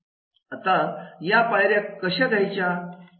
आता या पायऱ्या कशा घ्यायच्या